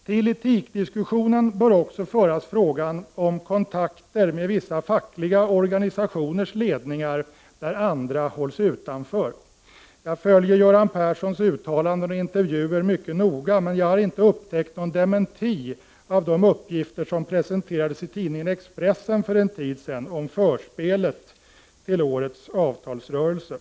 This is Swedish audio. Till etikdiskussionen bör också föras frågan om kontakter med vissa fackliga organisationers ledningar, där andra hålls utanför. Jag följer Göran Perssons uttalanden och intervjuer mycket noga, men jag har inte upptäckt någon dementi av de uppgifter som presenterades i tidningen Expressen för en tid sedan om förspelet till årets avtalsrörelse.